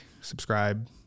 subscribe